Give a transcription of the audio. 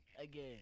again